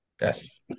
yes